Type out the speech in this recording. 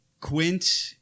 Quint